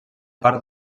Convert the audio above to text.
part